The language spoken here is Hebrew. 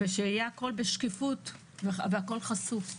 ושיהיה הכול בשקיפות וחשוף.